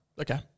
Okay